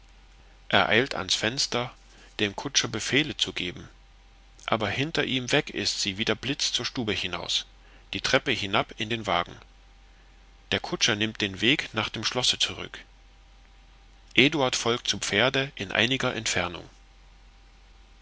er eilt ans fenster dem kutscher befehle zu geben aber hinter ihm weg ist sie wie der blitz zur stube hinaus die treppe hinab in dem wagen der kutscher nimmt den weg nach dem schlosse zurück eduard folgt zu pferde in einiger entfernung